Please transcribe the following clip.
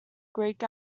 greek